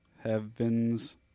Heaven's